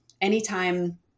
anytime